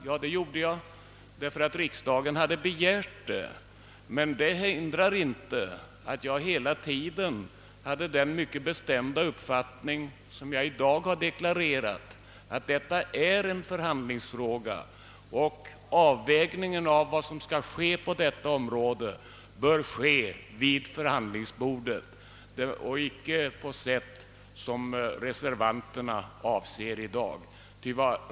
Ja, det gjorde jag därför att riksdagen hade begärt det. Det hindrar inte att jag hela tiden hade den mycket bestämda uppfattningen, .som jag i dag har deklarerat, att detta är en förhandlingsfråga. Avvägningen av vad som skall ske bör avgöras vid förhandlingsbordet och icke på det sätt som reservanterna avser.